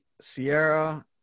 sierra